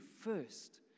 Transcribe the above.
first